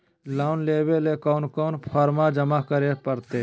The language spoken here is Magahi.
लोन लेवे ले कोन कोन फॉर्म जमा करे परते?